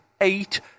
eight